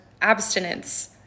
abstinence